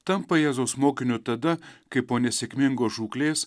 tampa jėzaus mokiniu tada kai po nesėkmingos žūklės